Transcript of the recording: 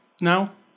Now